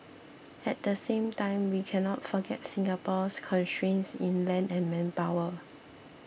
at the same time we cannot forget Singapore's constraints in land and manpower